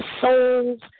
soul's